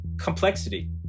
complexity